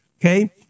Okay